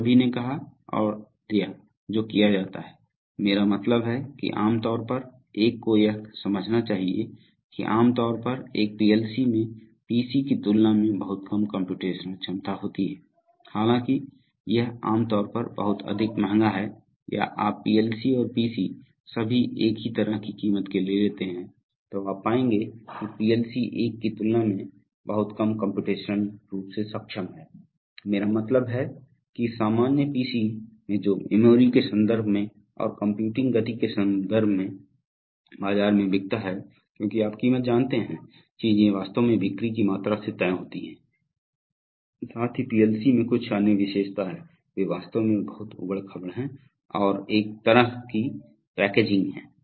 तो सभी ने कहा और दिया जो किया जाता है मेरा मतलब है कि आम तौर पर एक को यह समझना चाहिए कि आमतौर पर एक पीएलसी में पीसी की तुलना में बहुत कम कम्प्यूटेशनल क्षमता होती है हालांकि यह आम तौर पर बहुत अधिक महंगा है या आप पीएलसी और पीसी सभी एक ही तरह की कीमत के लेते हैं तो आप पाएंगे कि पीएलसी एक की तुलना में बहुत कम कम्प्यूटेशनल रूप से सक्षम है मेरा मतलब है कि सामान्य पीसी में जो मेमोरी के संदर्भ में और कंप्यूटिंग गति के संदर्भ में बाजार में बिकता है क्योंकि आप कीमत जानते हैं चीजें वास्तव में बिक्री की मात्रा से तय होती हैं साथ ही पीएलसी में कुछ अन्य विशेषता है वे वास्तव में बहुत ऊबड़ खाबड़ हैं और एक अलग तरह की पैकेजिंग हैं